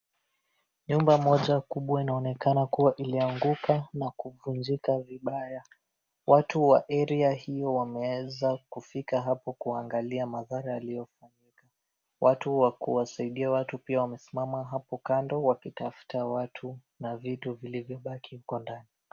Nyumba moja kubwa inaonekana kuwa ilianguka na kuvunjika vibaya. Watu wa area hiyo wameweza kufika hapo kuangalia madhara yaliyofanyika. Watu wa kuwasaidia watu pia wamesimama hapo kando wakitafuta watu na vitu vilivyobaki huko ndani.